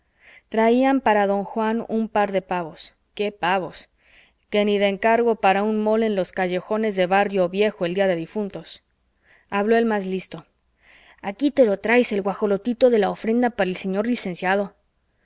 traían para don juan un par de pavos qué pavos que ni de encargo para un mole en los callejones de barrio viejo el día de difuntos habló el más listo aquí te lo trais el guajolotito de la ofrenda para el siñor licenciado